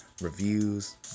reviews